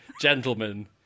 gentlemen